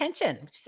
attention